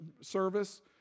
service